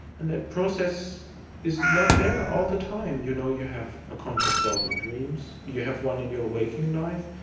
and that process is not there all the time. you know you have a conscious self in dreams, you have one in your waking life.